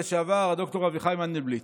עם היועץ המשפטי לממשלה לשעבר ד"ר אביחי מנדלבליט.